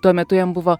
tuo metu jam buvo